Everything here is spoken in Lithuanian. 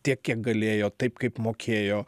tiek kiek galėjo taip kaip mokėjo